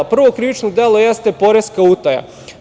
Prvo krivično delo jeste poreska utaja.